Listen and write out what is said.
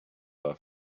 earth